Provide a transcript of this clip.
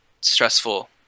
stressful